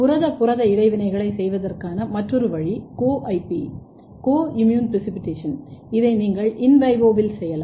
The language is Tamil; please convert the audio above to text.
புரத புரத இடைவினைகளைச் செய்வதற்கான மற்றொரு வழி co IP co immunoprecipitation இதை நீங்கள் இன் விவோவில் செய்யலாம்